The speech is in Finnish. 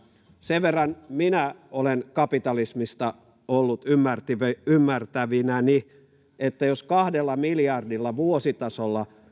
sen verran minä olen kapitalismista ollut ymmärtävinäni että jos kahdella miljardilla vuositasolla